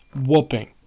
whooping